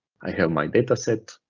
i have my dataset,